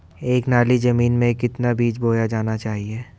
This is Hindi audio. एक नाली जमीन में कितना बीज बोया जाना चाहिए?